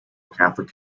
catholic